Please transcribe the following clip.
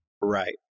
Right